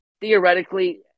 theoretically